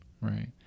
Right